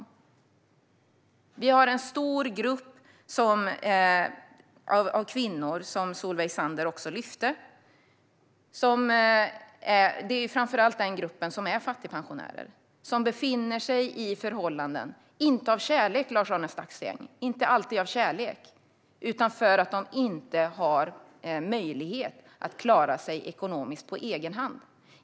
Även Solveig Zander lyfte fram att vi har en stor grupp kvinnor - det är framför allt den gruppen som är fattigpensionärer - som befinner sig i förhållanden inte alltid av kärlek, Lars-Arne Staxäng, utan för att de inte har möjlighet att klara sig ekonomiskt på egen hand.